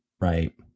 right